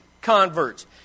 converts